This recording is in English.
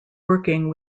working